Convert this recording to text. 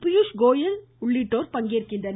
பியூஷ்கோயல் உள்ளிட்டோர் பங்கேற்கின்றனர்